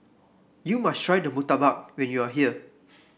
you must try murtabak when you are here